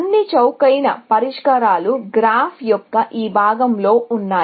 అన్ని చౌకైన పరిష్కారాలు గ్రాఫ్ యొక్క ఈ భాగంలో ఉన్నాయి